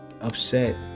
upset